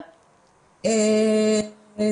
"התאבד ממנת יתר",